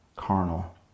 Carnal